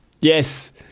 Yes